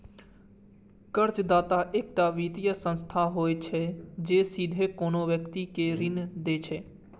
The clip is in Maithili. कर्जदाता एकटा वित्तीय संस्था होइ छै, जे सीधे कोनो व्यक्ति कें ऋण दै छै